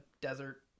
desert